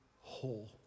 whole